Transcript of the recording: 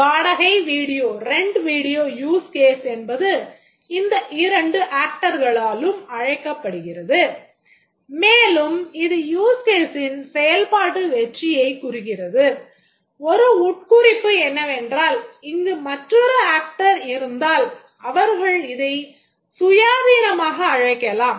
வாடகை வீடியோ இருந்தால் அவர்கள் இதைச் சுயாதீனமாக அழைக்கலாம்